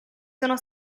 sono